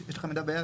יש לך מידע ביד?